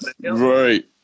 Right